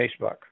Facebook